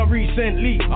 recently